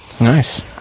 nice